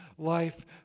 Life